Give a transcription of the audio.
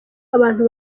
abantu